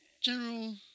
General